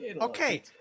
okay